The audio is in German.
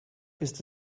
ist